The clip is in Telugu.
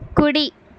కుడి